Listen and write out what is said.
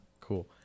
cool